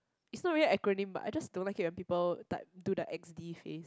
is not really an acronym but I just don't like it when people type do the X D face